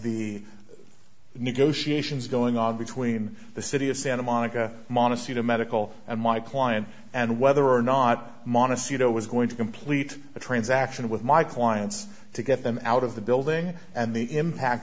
the negotiations going on between the city of santa monica modesty to medical and my client and whether or not monis you know was going to complete a transaction with my clients to get them out of the building and the impact